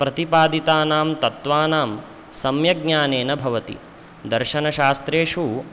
प्रतिपादितानां तत्वानां सम्यग्ज्ञानेन भवति दर्शनशास्त्रेषु